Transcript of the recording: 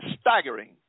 staggering